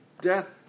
death